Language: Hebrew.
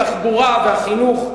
התחבורה והחינוך.